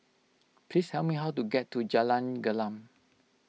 please tell me how to get to Jalan Gelam